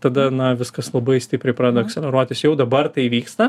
tada na viskas labai stipriai pradeda akseleruotis jau dabar tai įvyksta